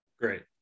Great